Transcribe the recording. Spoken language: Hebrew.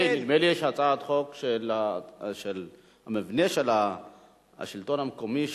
נדמה לי שיש הצעת חוק של מבנה השלטון המקומי,